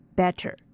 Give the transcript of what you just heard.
better